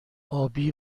آبی